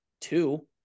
two